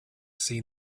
seen